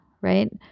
right